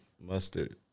Mustard